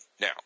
Now